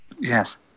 yes